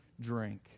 drink